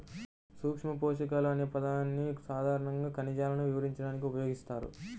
సూక్ష్మపోషకాలు అనే పదాన్ని సాధారణంగా ఖనిజాలను వివరించడానికి ఉపయోగిస్తారు